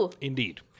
Indeed